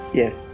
yes